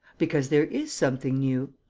because there is something new.